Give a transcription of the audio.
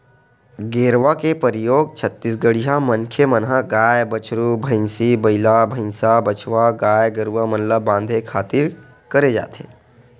गेरवा के परियोग छत्तीसगढ़िया मनखे मन ह गाय, बछरू, भंइसी, बइला, भइसा, बछवा गाय गरुवा मन ल बांधे खातिर करे जाथे